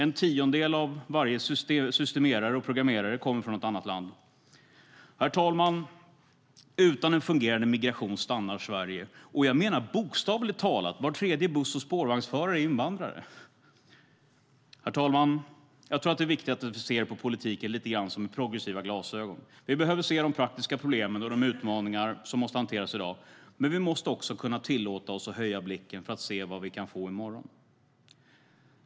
En tiondel av systemerare och programmerare kommer från något annat land. Herr talman! Utan en fungerande migration stannar Sverige. Jag menar det bokstavligt talat: Var tredje buss och spårvagnsförare är invandrare. Herr talman! Jag tror att det är viktigt att vi ser på politiken lite grann som med progressiva glasögon. Vi behöver se de praktiska problemen och de utmaningar som måste hanteras i dag. Men vi måste också tillåta oss att höja blicken för att se vad vi kan få i morgon.